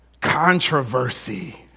controversy